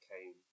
came